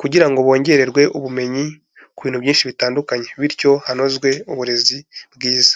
kugira ngo bongererwe ubumenyi ku bintu byinshi bitandukanye bityo hanozwe uburezi bwiza.